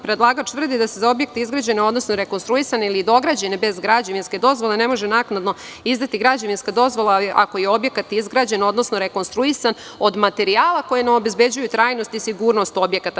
Predlagač tvrdi da se za objekte izgrađene, odnosno rekonstruisane ili dograđene bez građevinske dozvole ne može naknadno izdati građevinska dozvola ako je objekat izgrađen odnosno rekonstruisan od materijala koji ne obezbeđuju trajnost i sigurnost objekata.